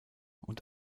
und